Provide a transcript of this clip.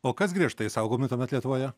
o kas griežtai saugomi tuomet lietuvoje